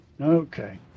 Okay